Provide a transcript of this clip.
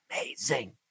amazing